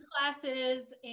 classes